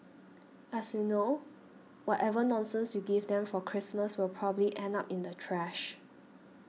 as you know whatever nonsense you give them for Christmas will probably end up in the trash